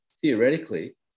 theoretically